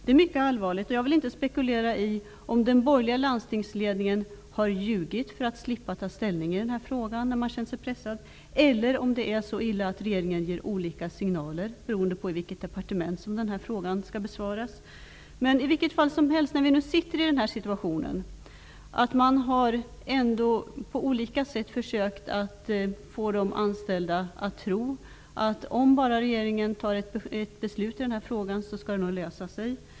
Det är mycket allvarligt, och jag vill inte spekulera i om den borgerliga landstingsledningen har ljugit för att slippa ta ställning i frågan när man känt sig pressad, eller om det är så illa att regeringen ger olika signaler, beroende på i vilket departement som frågan skall besvaras. I vilket fall som helst sitter vi i den situationen att man på olika sätt har försökt få de anställda att tro att om bara regeringen fattar ett beslut i frågan skall det nog lösa sig.